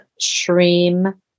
Shreem